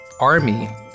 army